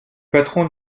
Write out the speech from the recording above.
patron